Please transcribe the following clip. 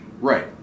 Right